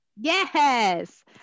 Yes